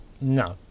No